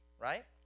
right